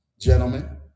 Gentlemen